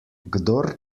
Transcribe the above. kdor